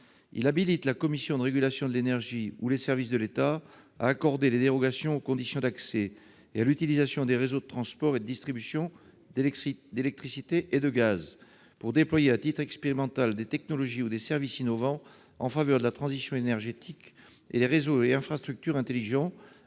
à habiliter la Commission de régulation de l'énergie ou les services de l'État à accorder des dérogations aux conditions d'accès et à l'utilisation des réseaux de transport et de distribution d'électricité et de gaz, pour déployer à titre expérimental des technologies ou des services innovants en faveur de la transition énergétique et des réseaux et infrastructures intelligents,